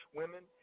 women